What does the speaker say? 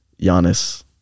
Giannis